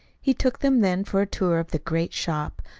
he took them then for a tour of the great shop,